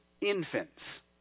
infants